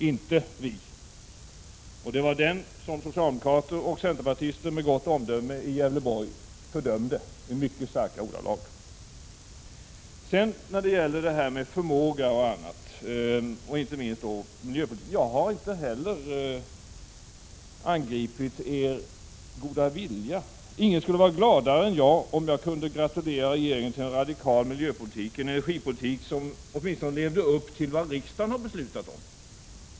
Det var inte vi. Det var den som socialdemokrater och centerpartister i Gävleborg med gott omdöme fördömde i mycket starka ordalag. Sedan beträffande miljöpolitiken. Jag har inte heller angripit er goda vilja. Ingen skulle vara gladare än jag om jag kunde gratulera regeringen till en radikal miljöpolitik och en energipolitik där man åtminstone levde upp till vad riksdagen har beslutat.